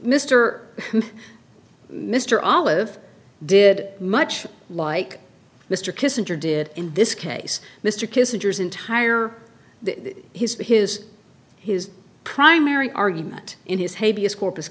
er mr olive did much like mr kissinger did in this case mr kissinger's entire the his his his primary argument in his hey b s corpus